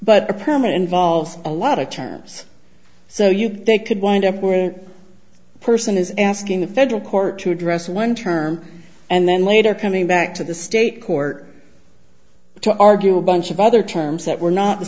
but a permit involves a lot of terms so you think could wind up where the person is asking the federal court to address one term and then later coming back to the state court to argue a bunch of other terms that were not the